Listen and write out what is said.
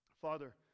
Father